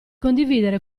condividere